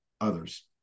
others